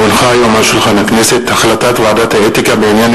כי הונחה היום על שולחן הכנסת החלטת ועדת האתיקה בעניין